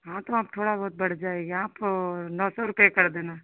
हाँ तो आप थोड़ा बहुत बढ़ जाईएगा आप नौ सौ रुपये कर देना